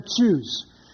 choose